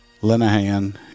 Lenahan